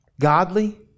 godly